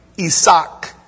Isaac